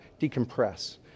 decompress